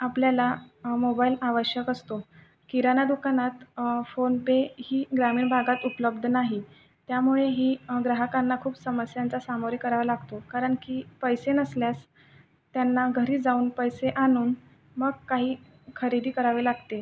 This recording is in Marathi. आपल्याला मोबाईल आवश्यक असतो किराणा दुकानात फोन पेही ग्रामीण भागात उपलब्ध नाही त्यामुळेही ग्राहकांना खूप समस्यांचा सामोरे करावा लागतो कारण की पैसे नसल्यास त्यांना घरी जाऊन पैसे आणून मग काही खरेदी करावे लागते